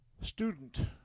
student